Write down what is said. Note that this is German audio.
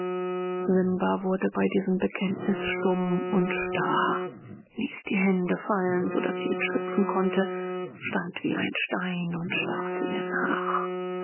simba wurde bei diesem bekenntnis stumm und starr ließ die hände fallen so daß sie entschlüpfen konnte stand wie ein stein und starrte ihr nach